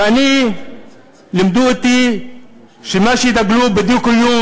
ולימדו אותי שגם דגלו בדו-קיום,